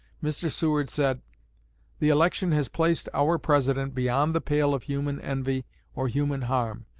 mr. seward said the election has placed our president beyond the pale of human envy or human harm,